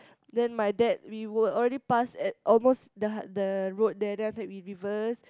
then my dad we were already past at almost the high the road there then after that we reverse